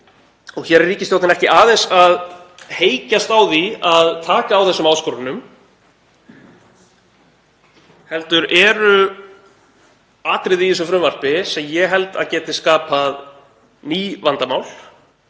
Hér er ríkisstjórnin ekki aðeins að heykjast á því að taka á þessum áskorunum heldur eru atriði í þessu frumvarpi sem ég held að geti skapað ný vandamál.